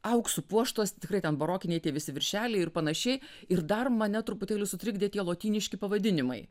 auksu puoštos tikrai ten barokiniai tie visi viršeliai ir panašiai ir dar mane truputėlį sutrikdė tie lotyniški pavadinimai